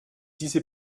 diese